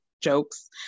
jokes